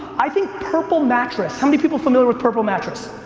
i think purple mattress. how many people familiar with ppurple mattress?